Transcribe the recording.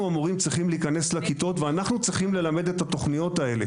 המורים צריכים להיכנס לכיתות וללמד את התוכניות האלה,